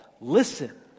listen